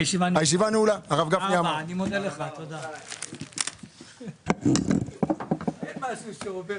הישיבה ננעלה בשעה 13:30.